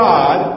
God